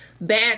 bad